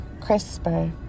crispr